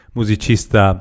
musicista